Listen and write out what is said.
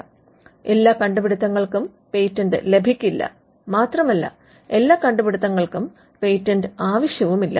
അതിനാൽ എല്ലാ കണ്ടുപിടുത്തങ്ങൾക്കും പേറ്റന്റ് ലഭിക്കില്ല മാത്രമല്ല എല്ലാ കണ്ടുപിടുത്തങ്ങൾക്കും പേറ്റന്റുകൾ ആവശ്യവുമില്ല